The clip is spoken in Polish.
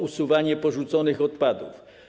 Usuwanie porzuconych odpadów.